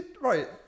Right